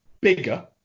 bigger